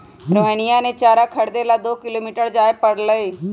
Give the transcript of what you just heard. रोहिणीया के चारा खरीदे ला दो किलोमीटर जाय पड़लय